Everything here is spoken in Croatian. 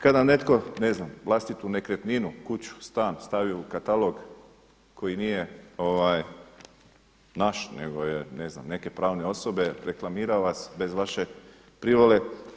Kada netko, ne znam vlastitu nekretninu, kuću, stan, stavi u katalog koji nije naš nego ne znam neke pravne osobe, reklamira vas bez vaše privole.